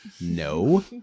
No